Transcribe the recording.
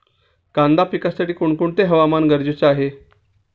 कांदा पिकासाठी कोणते हवामान गरजेचे आहे?